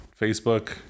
facebook